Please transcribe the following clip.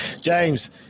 james